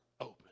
open